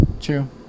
True